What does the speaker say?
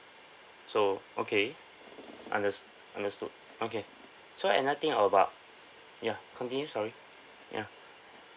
so okay unders~ understood okay so another thing are about ya continue sorry ya